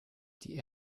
die